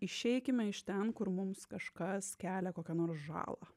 išeikime iš ten kur mums kažkas kelia kokią nors žalą